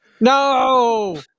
No